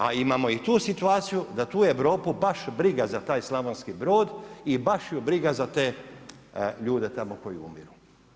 A imamo i tu situaciju da tu Europu baš briga za taj Slavonski Brod i baš ju briga za te ljude tamo koji umiru.